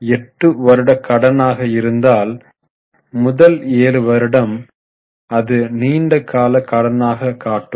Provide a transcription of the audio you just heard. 8 வருட கடன் ஆக இருந்தால் முதல் 7 வருடம் அது நீண்ட கால கடனாக காட்டும்